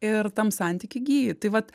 ir tam santyky gyji tai vat